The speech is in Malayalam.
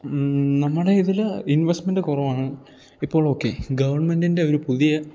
നമ്മുടെ ഇതിൽ ഇൻവെസ്മെൻറ് കുറവാണ് ഇപ്പോൾ ഓക്കെ ഗവൺമെൻറിൻ്റെ ഒരു പുതിയ